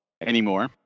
anymore